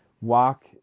walk